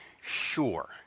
sure